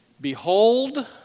Behold